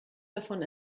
davon